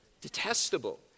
Detestable